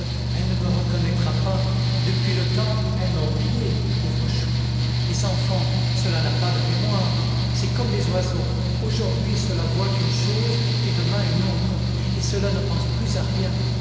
elle ne me reconnaîtra pas depuis le temps elle m'a oubliée pauvre chou les enfants cela n'a pas de mémoire c'est comme des oiseaux aujourd'hui cela voit une chose et demain une autre et cela ne pense plus à rien